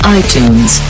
iTunes